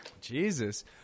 Jesus